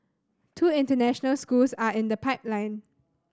two international schools are in the pipeline